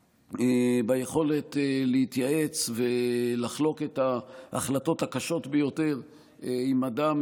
ביכולת להתייעץ ולחלוק את ההחלטות הקשות ביותר עם אדם